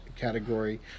category